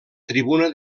tribuna